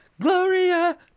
Gloria